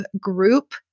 group